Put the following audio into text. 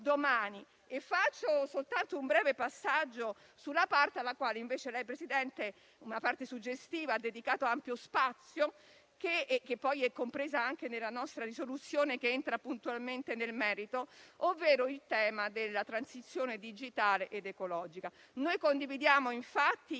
domani. Faccio soltanto un breve passaggio sulla parte suggestiva alla quale, invece, lei, Presidente, ha dedicato ampio spazio, che è compresa anche nella nostra risoluzione, che entra puntualmente nel merito, ovvero il tema della transizione digitale ed ecologica. Noi condividiamo -